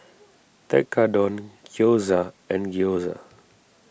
Tekkadon Gyoza and Gyoza